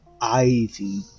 Ivy